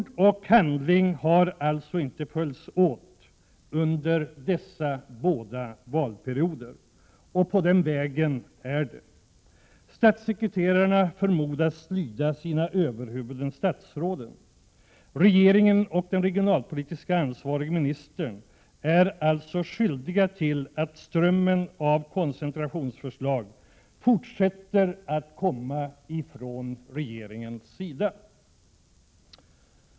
Ord och handling har alltså inte följts åt under dessa båda valperioder — och på den vägen är det! Statssekreterarna förmodas lyda sina överhuvuden statsråden. Regeringen och den regionalpolitiskt ansvarige ministern är alltså skyldiga till att strömmen av koncentrationsförslag fortsätter att komma från regeringens sida.